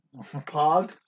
pog